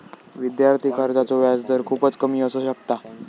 विद्यार्थी कर्जाचो व्याजदर खूपच कमी असू शकता